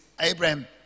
Abraham